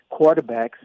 quarterbacks